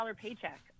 paycheck